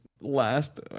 last